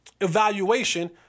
evaluation